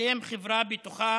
כמקדם חברה בטוחה